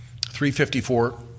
354